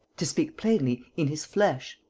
to speak plainly, in his flesh,